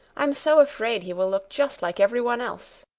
i am so afraid he will look just like every one else.